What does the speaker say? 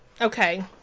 okay